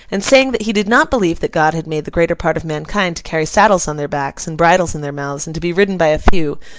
and saying that he did not believe that god had made the greater part of mankind to carry saddles on their backs and bridles in their mouths, and to be ridden by a few,